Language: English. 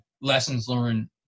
lessons-learned